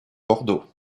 bordeaux